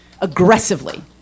Aggressively